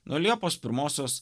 nuo liepos pirmosios